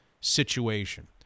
situation